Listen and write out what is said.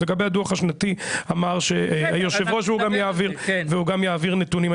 אז לגבי הדוח השנתי אמר שהיושב ראש הוא גם יעביר והוא גם יעביר נתונים,